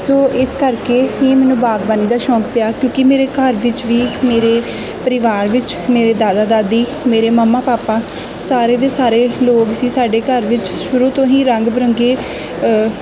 ਸੋ ਇਸ ਕਰਕੇ ਹੀ ਮੈਨੂੰ ਬਾਗਬਾਨੀ ਦਾ ਸ਼ੌਂਕ ਪਿਆ ਕਿਉਂਕਿ ਮੇਰੇ ਘਰ ਵਿੱਚ ਵੀ ਮੇਰੇ ਪਰਿਵਾਰ ਵਿੱਚ ਮੇਰੇ ਦਾਦਾ ਦਾਦੀ ਮੇਰੇ ਮੰਮਾ ਪਾਪਾ ਸਾਰੇ ਦੇ ਸਾਰੇ ਲੋਕ ਅਸੀਂ ਸਾਡੇ ਘਰ ਵਿੱਚ ਸ਼ੁਰੂ ਤੋਂ ਹੀ ਰੰਗ ਬਰੰਗੇ